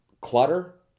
clutter